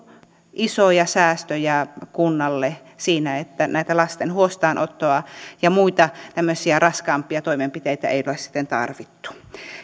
isoja säästöjä kunnalle siinä että tätä lasten huostaanottoa ja muita tämmöisiä raskaampia toimenpiteitä ei ole sitten tarvittu